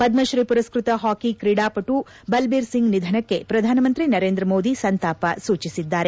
ಪದ್ದಶ್ರೀ ಪುರಸ್ಸತ ಹಾಕಿ ಕ್ರೀಡಾಪಟು ಬಲ್ಲೀರ್ ಸಿಂಗ್ ನಿಧನಕ್ಕೆ ಪ್ರಧಾನಮಂತ್ರಿ ನರೇಂದ್ರ ಮೋದಿ ಸಂತಾಪ ಸೂಚಿಸಿದ್ದಾರೆ